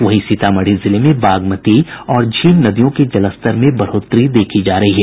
वहीं सीतामढ़ी जिले में बागमती और झीम नदियों के जलस्तर में बढ़ोतरी देखी जा रही है